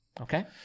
okay